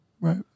Right